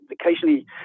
occasionally